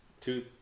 Two